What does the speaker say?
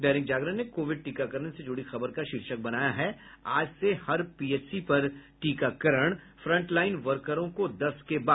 दैनिक जागरण ने कोविड टीकाकरण से जुड़ी खबर का शीर्षक बनाया है आज से हर पीएचसी पर टीकाकरण फ़ंट लाईन वर्करों को दस के बाद